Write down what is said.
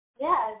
Yes